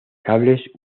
cables